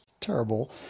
terrible